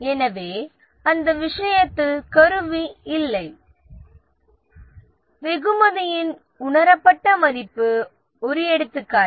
எனவே அந்த விஷயத்தில் கருவி இல்லை வெகுமதியின் உணரப்பட்ட மதிப்பு ஒரு எடுத்துக்காட்டு